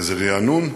איזה רענון,